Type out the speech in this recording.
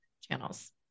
channels